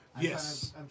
Yes